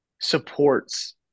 supports